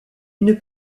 une